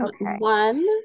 One